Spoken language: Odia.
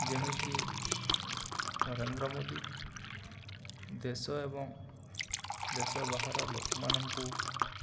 ଯେମିତି ନରେନ୍ଦ୍ର ମୋଦି ଦେଶ ଏବଂ ଦେଶ ବାହାର ଲୋକମାନଙ୍କୁ